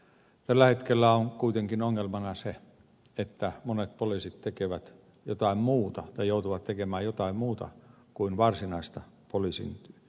tällä hetkellä on kuitenkin ongelmana se että monet poliisit tekevät tai joutuvat tekemään jotain muuta kuin varsinaista poliisin tehtävää